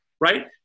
Right